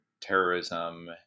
terrorism